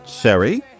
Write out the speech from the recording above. *Sherry*